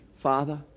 Father